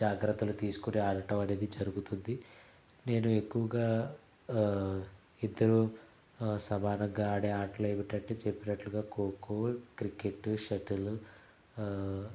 జాగ్రత్తలు తీసుకొని ఆడటం అనేది జరుగుతుంది నేనెక్కువగా ఇద్దరూ సమానంగా ఆడే ఆటలు ఏమిటంటే చెప్పినట్లుగా ఖోఖో క్రికెటు షటిలు